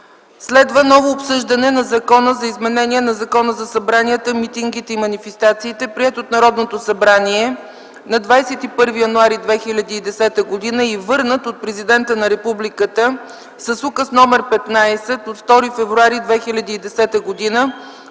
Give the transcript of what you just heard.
18. Ново обсъждане на Закона за изменение на Закона за събранията, митингите и манифестациите, приет от Народното събрание на 21.1.2010 г., и върнат от Президента на Републиката с Указ № 15 от 2.2.2010 г.